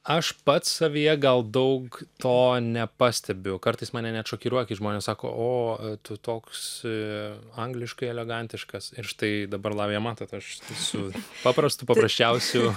aš pats savyje gal daug to nepastebiu kartais mane net šokiruoja kai žmonės sako o tu toks angliškai elegantiškas ir štai dabar lavija matot aš su paprastu paprasčiausiu